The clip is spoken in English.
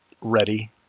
ready